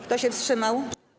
Kto się wstrzymał?